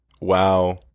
Wow